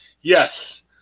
yes